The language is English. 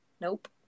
Nope